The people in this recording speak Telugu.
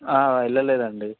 వెళ్ళలేదండి